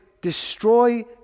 destroy